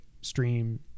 stream